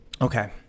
Okay